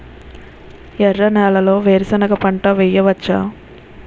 ఎర్ర నేలలో వేరుసెనగ పంట వెయ్యవచ్చా?